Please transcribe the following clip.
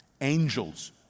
Angels